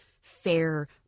fair